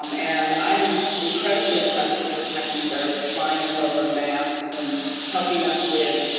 um and i am incredibly impressed that the chinese are flying us over masks and helping us with